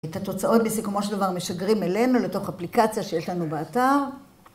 את התוצאות, בסיכומו של דבר, משגרים אלינו, לתוך אפליקציה שיש לנו באתר.